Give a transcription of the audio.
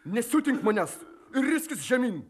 nesiutink manęs ir riskis žemyn